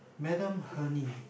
Madam Hurney